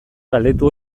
galdetu